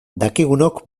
dakigunok